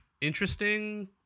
interesting